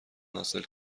حاصل